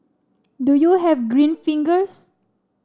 do you have green fingers